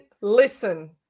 listen